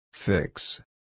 Fix